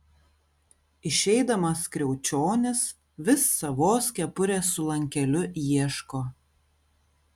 išeidamas kriaučionis vis savos kepurės su lankeliu ieško